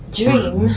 dream